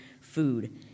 food